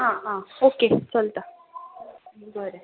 आं आं ओके चलता बरें